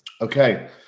okay